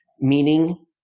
meaning